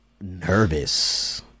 nervous